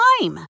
time